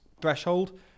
threshold